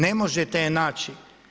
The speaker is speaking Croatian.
Ne možete je naći.